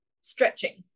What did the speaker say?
stretching